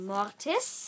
Mortis